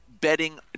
Betting